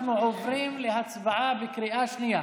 אנחנו עוברים להצבעה בקריאה שנייה.